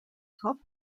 hop